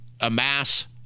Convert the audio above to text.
amass